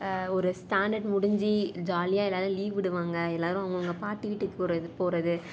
ஒரு ஸ்டாண்டர்ட் முடிஞ்சு ஜாலியாக எல்லாரும் லீவ் விடுவாங்க எல்லாரும் அவங்கவங்க பாட்டி வீட்டுக்கு போகற போகறது